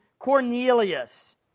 Cornelius